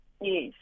Yes